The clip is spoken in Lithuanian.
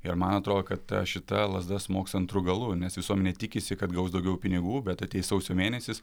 ir man atrodo kad šita lazda smogs antru galu nes visuomenė tikisi kad gaus daugiau pinigų bet ateis sausio mėnesis